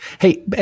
Hey